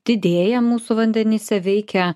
didėja mūsų vandenyse veikia